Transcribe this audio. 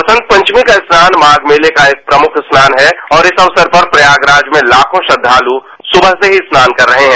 बसंत पंचमी का स्नान माघ मेले का एक प्रमुख स्नान है और इस अवसर पर प्रयागराज में लाखों श्रद्वालु सुबह से ही स्नान कर रहे हैं